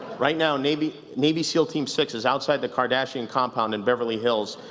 right now navy navy seal team six is outside the kardashian compound in beverly hills,